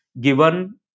given